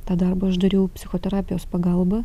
tą darbą aš dariau psichoterapijos pagalba